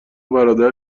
برادر